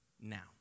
now